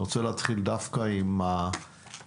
אני רוצה להתחיל דווקא עם הרשויות,